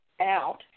out